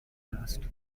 last